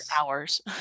hours